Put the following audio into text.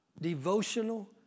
devotional